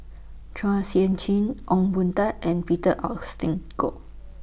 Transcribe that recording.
Chua Sian Chin Ong Boon Tat and Peter Augustine Goh